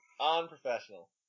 Unprofessional